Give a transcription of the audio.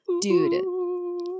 Dude